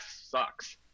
sucks